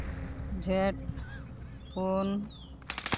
ᱡᱷᱮᱸᱴ ᱯᱩᱱ